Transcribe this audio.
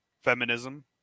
feminism